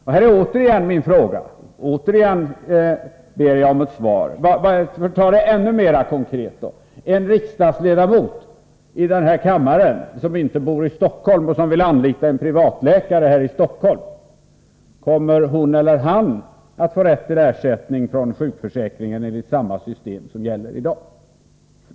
Här vill jag återigen ställa min fråga, och återigen ber jag om ett svar. Låt mig göra frågan ännu mera konkret: Kommer en riksdagsledamot i den här kammaren, som inte bor i Stockholm men som vill anlita en privatläkare i Stockholm, att få rätt till ersättning från sjukförsäkringen enligt samma system som gäller i dag?